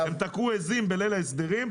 הם תקעו עזים בליל ההסדרים,